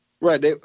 Right